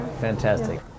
Fantastic